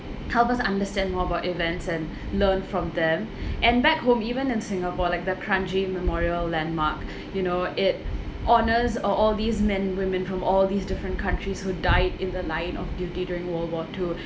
help us understand more about events and learn from them and back home even in singapore like the kranji memorial landmark you know it honors uh all these men and women from all these different countries who died in the line of duty during world war two